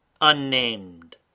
unnamed